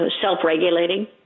self-regulating